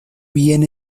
bien